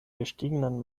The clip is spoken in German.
gestiegenen